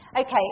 Okay